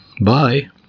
bye